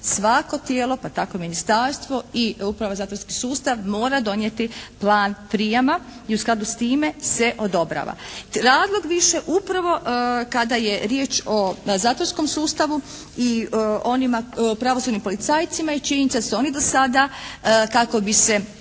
svako tijelo pa tako i ministarstvo i uprava za zatvorski sustav mora donijeti plan prijama i u skladu s time se odobrava. Razlog više upravo kada je riječ o zatvorskom sustavu i pravosudnim policajcima i činjenica da su oni do sada kako se